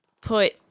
put